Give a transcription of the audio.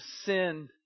sin